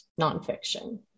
nonfiction